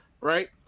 right